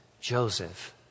Joseph